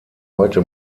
heute